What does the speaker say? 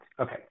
Okay